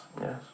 Yes